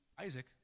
Isaac